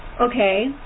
Okay